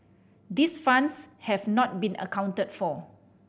these funds have not been accounted for